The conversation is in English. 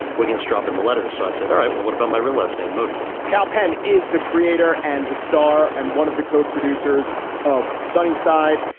we cannot drop in the letters. so i said, all right. well, what about my real last name, modi? kal penn is the creator and the star and one of the co-producers of sunnyside.